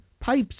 pipes